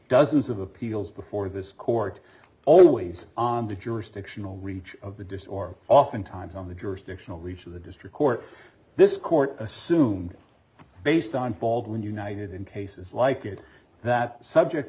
dozens of appeals before this court always on the jurisdictional reach of the disorder oftentimes on the jurisdictional reach of the district court this court assumed based on baldwin united in cases like it that subject